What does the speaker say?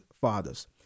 fathers